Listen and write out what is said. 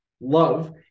love